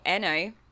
NO